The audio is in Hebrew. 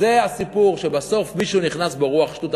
וזה הסיפור שבסוף מישהו נכנס בו רוח שטות.